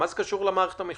מה זה קשור למערכת המחשובית?